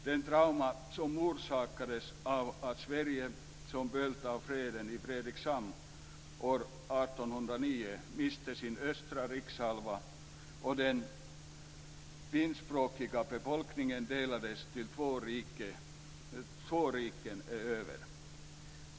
Det trauma som orsakades av att miste sin östra rikshalva och den finskspråkiga befolkningen delades på två riken är över.